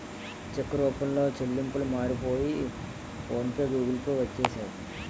చెక్కు రూపంలో చెల్లింపులు మారిపోయి ఫోన్ పే గూగుల్ పే వచ్చేసాయి